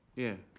yeah.